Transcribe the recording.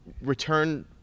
return